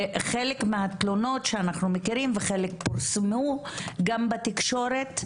חלק מהתלונות שאנחנו מכירים וחלק פורסמו גם בתקשורת,